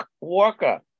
walker